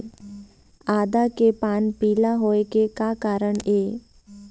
आदा के पान पिला होय के का कारण ये?